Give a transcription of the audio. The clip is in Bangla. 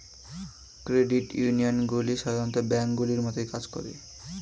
ক্রেডিট ইউনিয়নগুলি সাধারণ ব্যাঙ্কগুলির মতোই কাজ করে